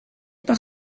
par